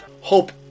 Hope